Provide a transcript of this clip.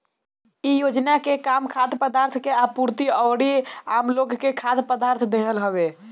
इ योजना के काम खाद्य पदार्थ के आपूर्ति अउरी आमलोग के खाद्य पदार्थ देहल हवे